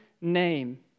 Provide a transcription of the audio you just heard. name